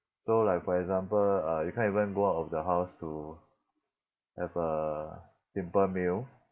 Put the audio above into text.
so like for example uh you can't even go out of the house to have a simple meal